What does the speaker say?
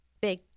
big